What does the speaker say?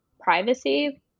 privacy